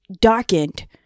darkened